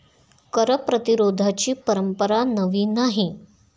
कर प्रतिरोधाची परंपरा नवी नाही